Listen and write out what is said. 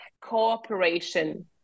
cooperation